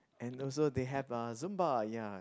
and also they have uh Zumba ya